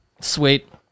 Sweet